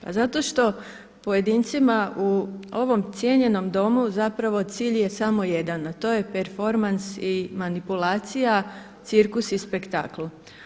Pa zato što pojedincima u ovom cijenjenom Domu zapravo cilj je samo jedan a to je performans i manipulacija, cirkus i spektakl.